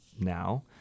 now